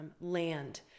land